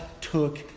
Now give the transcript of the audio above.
took